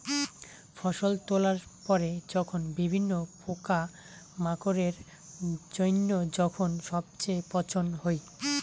ফসল তোলার পরে যখন বিভিন্ন পোকামাকড়ের জইন্য যখন সবচেয়ে পচন হই